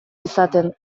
izaten